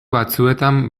batzuetan